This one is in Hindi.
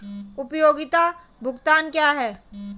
उपयोगिता भुगतान क्या हैं?